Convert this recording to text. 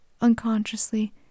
unconsciously